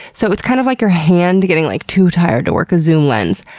so it's kind of like your hand getting like too tired to work a zoom lens.